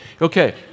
Okay